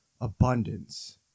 abundance